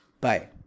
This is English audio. bye